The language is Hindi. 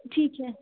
ठीक है